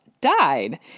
died